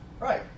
Right